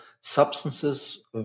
substances